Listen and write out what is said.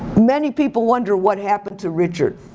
many people wonder what happened to richard.